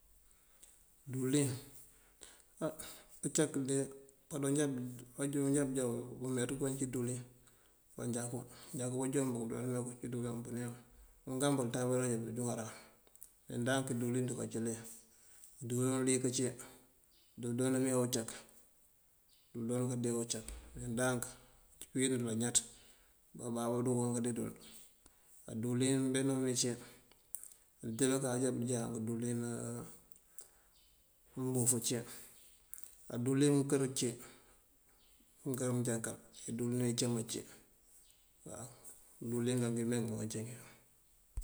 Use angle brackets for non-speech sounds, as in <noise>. Díwëlin á dëncak de báajoon adoojá bujá bëëmeeţ kooncíwí díwëlin, manjakú. Manjakú baanjon bujoţ mee kooncíwí díwëlin bëëmpëni ank. Ungambú tambën bëronje bëënjúŋaran, mee ndank díwëlin dúka cílí. Díwëlin uliyëk cí dul doome ucak, dul doonkáande ucak. Ndank pëëwínëwël añáţ, bababú dunkoo káandee dul. Á díwëlin mbeno mí cí, maante báankaajá bújá díwëlin <hesitation> mbof ací, á díwëlin mëënkër cí, mëënkër mëënjánkal, díwëlin incám ací waw. Díwëlingan ngimeengun ngácí ngí